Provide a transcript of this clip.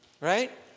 Right